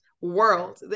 world